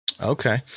Okay